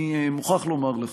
אני מוכרח לומר לך,